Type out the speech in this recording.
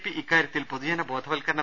P ഇക്കാര്യത്തിൽ പൊതുജന ബോധവത്കരണ